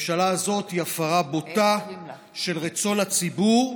הממשלה הזאת היא הפרה בוטה של רצון הציבור,